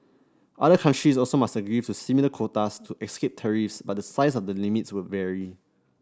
other countries also must agree to similar quotas to escape tariffs but the size of the limits would vary